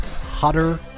Hotter